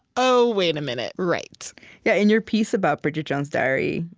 oh, wait a minute. right yeah, in your piece about bridget jones's diary,